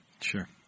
Sure